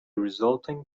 resulting